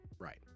Right